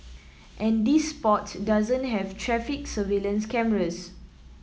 and this spot doesn't have traffic surveillance cameras